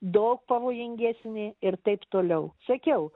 daug pavojingesni ir taip toliau sakiau